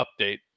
update